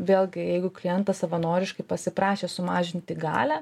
vėlgi jeigu klientas savanoriškai pasiprašė sumažinti galią